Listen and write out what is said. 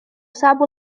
صعب